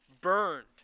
burned